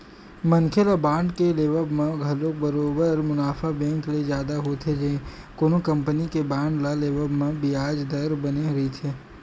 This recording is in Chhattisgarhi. मनखे ल बांड के लेवब म घलो बरोबर मुनाफा बेंक ले जादा हो जाथे कोनो कंपनी के बांड ल लेवब म बियाज दर बने रहिथे